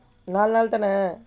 நாலு நாள் தானே:naalu naal thaanae